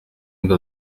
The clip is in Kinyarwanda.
ngo